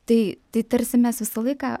tai tai tarsi mes visą laiką